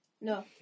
no